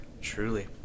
Truly